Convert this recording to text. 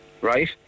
right